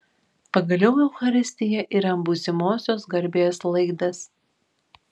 pagaliau eucharistija yra būsimosios garbės laidas